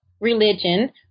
religion